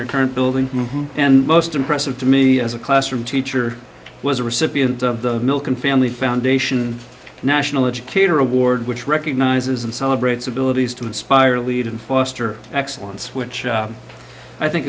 your current building and most impressive to me as a classroom teacher was a recipient of the milken family foundation national educator award which recognizes and celebrates abilities to inspire lead and foster excellence which i think